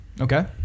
Okay